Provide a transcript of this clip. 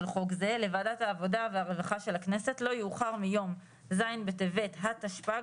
חוק זה לוועדת העבודה והרווחה של הכנסת לא יאוחר מיום ז' בטבת התשפ"ג,